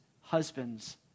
Husbands